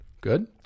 good